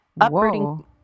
Uprooting